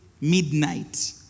midnight